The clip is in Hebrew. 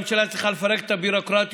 הממשלה צריכה לפרק את הביורוקרטיות,